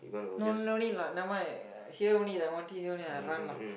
no no need lah never mind here only the M_R_T here only I run lah